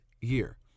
year